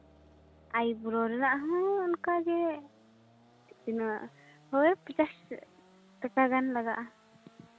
eyebrow ᱨᱮᱱᱟᱜ ᱦᱚᱸ ᱚᱱᱠᱟᱜᱮ ᱛᱤᱱᱟᱹᱜ ᱦᱳᱭ ᱯᱚᱧᱪᱟᱥ ᱴᱟᱠᱟ ᱜᱟᱱ ᱞᱟᱜᱟᱜᱼᱟ